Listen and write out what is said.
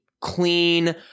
clean